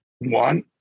one